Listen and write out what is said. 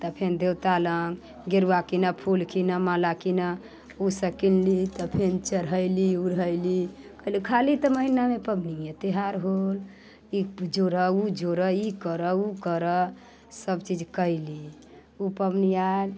तऽ फेन देवता लऽ गेरुआ कीनऽ फूल कीनऽ माला कीनऽ ओ सब कीनली तऽ फेन चढ़ेली ओढ़ेली कहली खाली तऽ महिनामे पबनीए त्यौहार होल ई जोड़ऽ ओ जोड़ऽ ई करऽ ओ करऽ सब चीज कयली ओ पबनी आयल